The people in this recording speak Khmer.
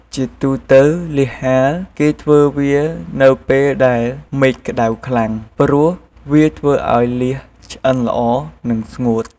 ជាទូទៅលៀសហាលគេធ្វើវានៅពេលដែលមេឃក្តៅខ្លាំង ព្រោះវាធ្វើអោយលៀសឆ្អិនល្អ និងស្ងួត។